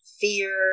fear